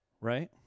right